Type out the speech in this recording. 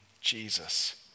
Jesus